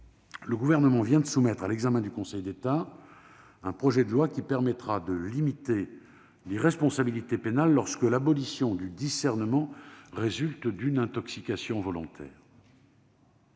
le Gouvernement vient de soumettre à l'examen de celui-ci un projet de loi qui permettra de limiter l'irresponsabilité pénale lorsque l'abolition du discernement résulte d'une intoxication volontaire.